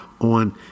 on